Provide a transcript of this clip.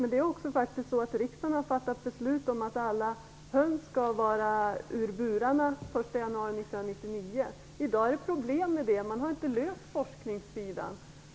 Men riksdagen har faktiskt fattat beslut om att alla höns skall vara ute ur sina burar den 1 januari 1999. I dag är det problem i det avseendet. Man har inte löst forskningssidan.